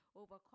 over